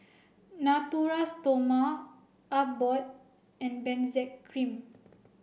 Natura Stoma Abbott and Benzac Cream